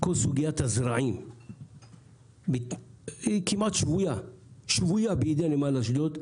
כל סוגית הזרעים שבויה בידי נמל אשדוד,